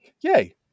Yay